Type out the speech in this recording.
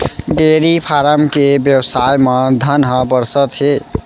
dairy farm के बेवसाय म धन ह बरसत हे